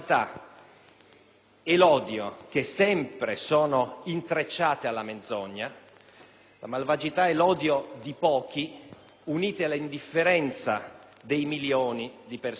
e l'odio, che sempre sono intrecciati alla menzogna, alla malvagità e all'odio di pochi, uniti all'indifferenza dei milioni di persone,